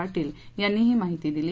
पाटील यांनी ही माहिती दिली